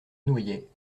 noyait